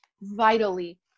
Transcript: vitally